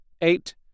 eight